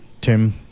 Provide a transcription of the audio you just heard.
Tim